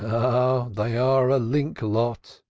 ah, they are a link lot,